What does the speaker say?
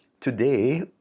Today